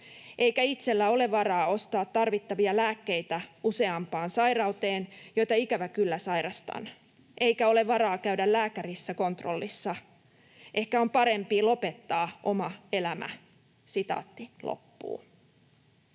Eikä itsellä ole varaa ostaa tarvittavia lääkkeitä useampaan sairauteen, joita ikävä kyllä sairastan. Eikä ole varaa käydä lääkärissä kontrollissa. Ehkä on parempi lopettaa oma elämä.” ”Asun